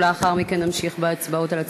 ולאחר מכן נמשיך בהצבעות על הצעות החוק.